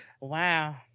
Wow